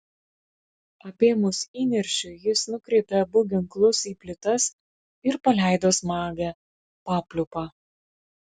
apėmus įniršiui jis nukreipė abu ginklus į plytas ir paleido smagią papliūpą